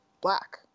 black